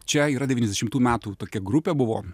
čia yra devyniasdešimtų metų tokia grupė buvo